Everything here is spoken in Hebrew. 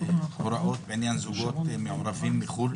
ההוראות שעוסקות בזוגות מעורבים בחו"ל,